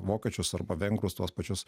vokiečius arba vengrus tuos pačius